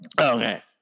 Okay